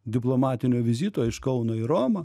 diplomatinio vizito iš kauno į romą